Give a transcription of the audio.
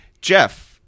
Jeff